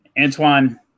Antoine